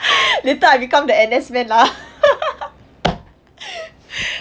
later I become the N_S men lah